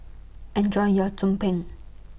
Enjoy your Tumpeng